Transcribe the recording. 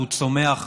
והוא צומח,